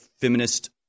feminist